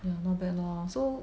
ya not bad lor so